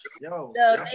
Yo